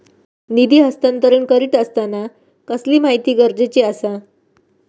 निधी हस्तांतरण करीत आसताना कसली माहिती गरजेची आसा?